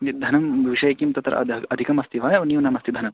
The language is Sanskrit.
यत् धनं विषये किं तत्र अध् अधिकमस्ति वा न्यूनमस्ति धनम्